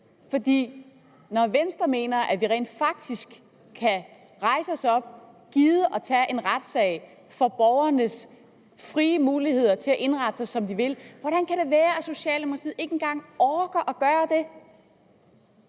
for når Venstre mener, at vi rent faktisk kan rejse os op og gide tage en retssag for borgernes frie muligheder til at indrette sig, som de vil, hvordan kan det så være, at Socialdemokratiet ikke engang orker at gøre det?